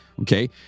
okay